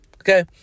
Okay